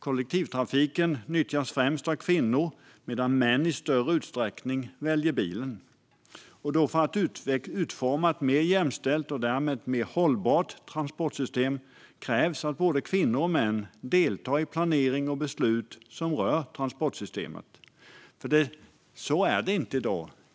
Kollektivtrafiken nyttjas främst av kvinnor, medan män i större utsträckning väljer bilen. För ett mer jämställt och därmed mer hållbart transportsystem krävs att både kvinnor och män deltar i planering och beslut som rör transportsystemet. Så är det inte i dag.